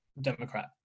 Democrat